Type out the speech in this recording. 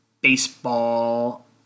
baseball